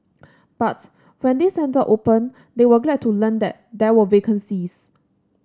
but when this centre opened they were glad to learn that there were vacancies